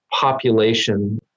population